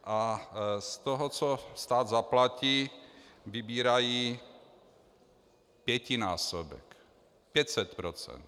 A z toho, co stát zaplatí, vybírají pětinásobek 500 %.